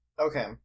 Okay